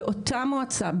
באותה מועצה,